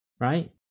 right